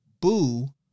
Boo